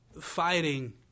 Fighting